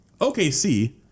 OKC